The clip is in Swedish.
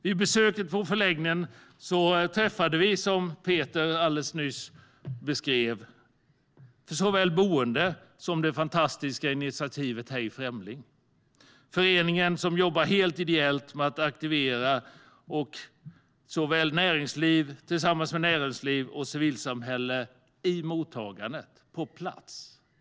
Vid besöket på förläggningen träffade vi - som Peter alldeles nyss beskrev - såväl boende som det fantastiska initiativet Hej främling! Det är en förening som jobbar helt ideellt med att aktivera såväl näringsliv som civilsamhälle i mottagandet på plats.